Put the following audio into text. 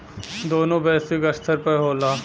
दोनों वैश्विक स्तर पर होला